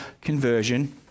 conversion